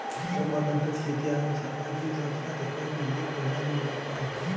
permaculture शेती आणि सामाजिक रचना तत्त्वांची एक प्रणाली व्यवस्था आहे